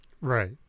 right